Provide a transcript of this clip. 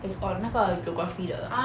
it's on 那个 geography 的